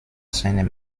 seinem